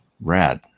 Rad